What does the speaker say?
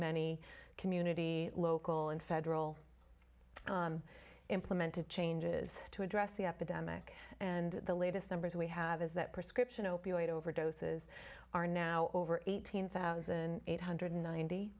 many community local and federal implemented changes to address the epidemic and the latest numbers we have is that prescription opioids overdoses are now over eighteen thousand eight hundred ninety